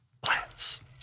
plants